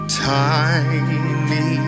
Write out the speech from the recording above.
tiny